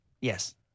Yes